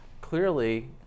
clearly